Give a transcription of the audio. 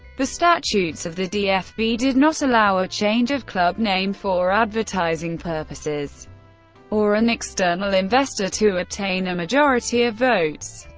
the statutes of the dfb did not allow a change of club name for advertising purposes or an external investor to obtain a majority of votes.